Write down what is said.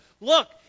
Look